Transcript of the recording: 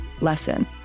lesson